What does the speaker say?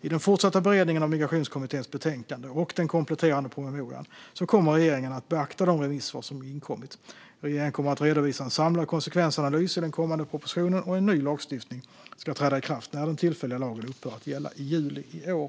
I den fortsatta beredningen av Migrationskommitténs betänkande och den kompletterande promemorian kommer regeringen att beakta de remissvar som inkommit. Regeringen kommer att redovisa en samlad konsekvensanalys i den kommande propositionen. En ny lagstiftning ska träda i kraft när den tillfälliga lagen upphör att gälla i juli i år.